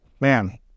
man